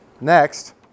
next